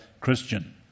Christian